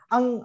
Ang